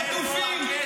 חטופים,